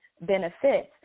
benefits